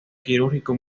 quirúrgico